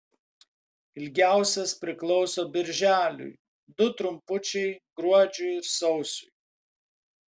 ilgiausias priklauso birželiui du trumpučiai gruodžiui ir sausiui